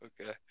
Okay